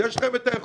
יש לכם את היכולת.